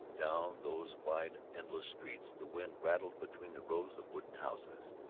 down those wide endless streets the wind rattled between the rows of wooden houses,